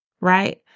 right